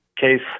case